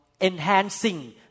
enhancing